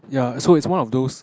ya so it's one of those